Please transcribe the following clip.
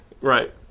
Right